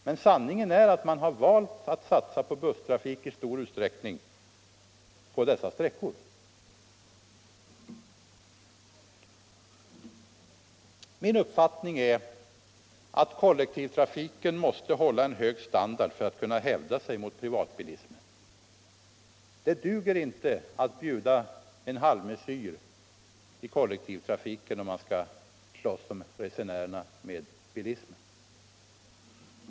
Men sanningen är alltså att man har valt att satsa på busstrafik i stor utsträckning på dessa sträckor. Min uppfattning är att kollektivtrafiken måste hålla en hög standard för att kunna hävda sig mot privatbilismen. Det duger inte att erbjuda en halmesyr i kollektivtrafiken om man skall slåss med bilismen om resenärerna.